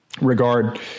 regard